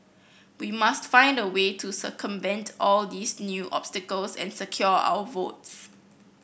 we must find a way to circumvent all these new obstacles and secure our votes